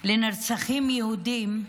לנרצחים יהודים,